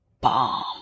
bomb